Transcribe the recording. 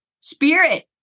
spirit